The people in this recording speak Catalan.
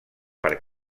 per